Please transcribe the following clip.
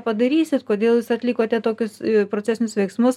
padarysit kodėl jūs atlikote tokius procesinius veiksmus